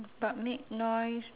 but make noise